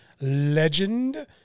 legend